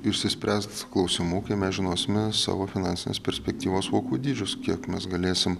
išsispręst klausimų kai mes žinosime savo finansinės perspektyvos vokų dydžius kiek mes galėsim